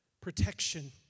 protection